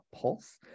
pulse